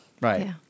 right